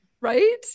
Right